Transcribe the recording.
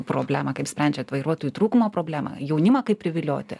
problemą kaip sprendžiat vairuotojų trūkumo problemą jaunimą kaip privilioti